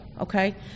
okay